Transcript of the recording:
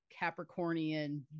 Capricornian